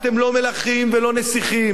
אתם לא מלכים ולא נסיכים.